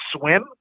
swim